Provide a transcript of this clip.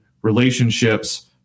relationships